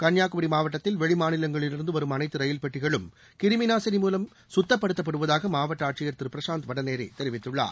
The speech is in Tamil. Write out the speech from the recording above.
கன்னியாகுமி மாவட்டத்தில் வெளி மாநிலங்களிலிருந்து வரும் அனைத்து ரயில் பெட்டிகளும் கிருமி நாசினி மூலம் கத்தப்படுத்தப்படுவதாக மாவட்ட ஆட்சியர் திரு பிரசாந்த் வடநேரே தெரிவித்துள்ளார்